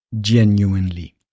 Genuinely